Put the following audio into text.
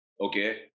Okay